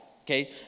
Okay